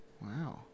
Wow